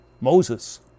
Moses